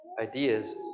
ideas